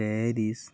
Paris